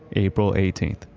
april eighteen.